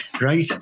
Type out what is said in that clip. right